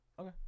Okay